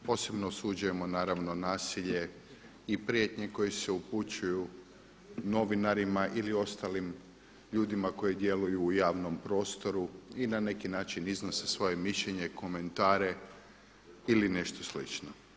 Posebno osuđujemo naravno nasilje i prijetnje koje se upućuju novinarima ili ostalim ljudima koji djeluju u javnom prostoru i na neki način iznose svoje mišljenje i komentare ili nešto slično.